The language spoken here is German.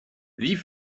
wie